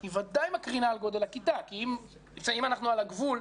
היא ודאי מקרינה על גודל הכיתה כי אם אנחנו על הגבול,